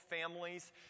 families